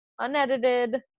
unedited